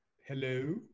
Hello